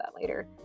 later